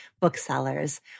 booksellers